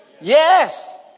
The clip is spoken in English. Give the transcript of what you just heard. Yes